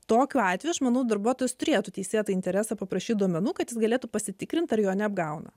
tokiu atveju aš manau darbuotojas turėtų teisėtą interesą paprašyti duomenų kad jis galėtų pasitikrinti ar jo neapgauna